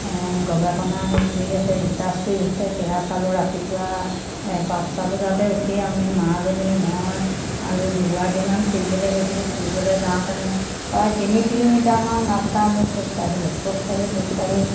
গৱেষণা হেৰি কৰি আছে ৰিচাৰ্ছ কৰি আছে সেয়া চালোঁ ৰাতিপুৱা পাঁচটা বজাতে উঠি আমি মাজনী মই আৰু দুগৰাকীমান ফুৰিবলে গৈছিলোঁ ফুৰিবলে যাওঁতেনে প্ৰায় তিনি কিলোমিটাৰমান ৰাস্তা আমি খোজকাঢ়িলোঁ খোজকাঢ়ি খোজকাঢ়ি